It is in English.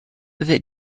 that